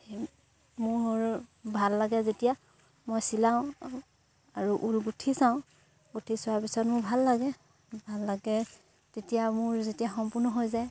সেই মোৰ ভাল লাগে যেতিয়া মই চিলাওঁ আৰু ঊল গুঠি চাওঁ গুঠি চোৱাৰ পিছত মোৰ ভাল লাগে ভাল লাগে তেতিয়া মোৰ যেতিয়া সম্পূৰ্ণ হৈ যায়